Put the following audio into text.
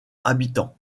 habitants